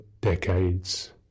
decades